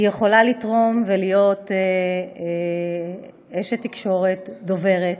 היא יכולה לתרום ולהיות אשת תקשורת, דוברת,